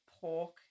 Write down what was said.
pork